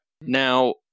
Now